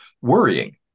worrying